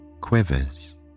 quivers